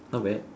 not bad